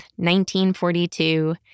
1942